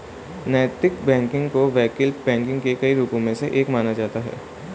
नैतिक बैंकिंग को वैकल्पिक बैंकिंग के कई रूपों में से एक माना जाता है